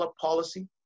policy